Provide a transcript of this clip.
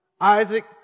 Isaac